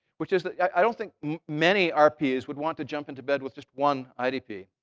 which is i don't think many rps would want to jump into bed with just one idp.